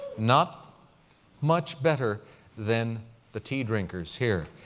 not much better than the tea-drinkers here.